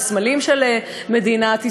בסמלים של מדינת ישראל,